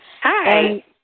Hi